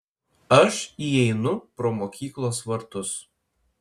aš įeinu pro mokyklos vartus